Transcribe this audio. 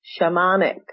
shamanic